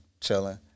chilling